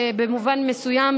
במובן מסוים,